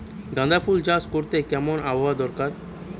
গাঁদাফুল চাষ করতে কেমন আবহাওয়া দরকার?